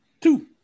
two